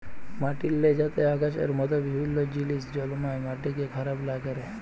মাটিল্লে যাতে আগাছার মত বিভিল্ল্য জিলিস জল্মায় মাটিকে খারাপ লা ক্যরে